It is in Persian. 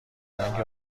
رنگ